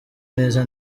neza